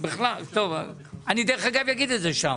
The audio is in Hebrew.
אני, דרך אגב, אגיד את זה שם.